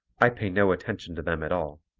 i pay no attention to them at all.